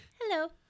Hello